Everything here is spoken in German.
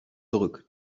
zurück